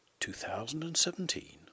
2017